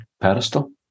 pedestal